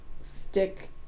stick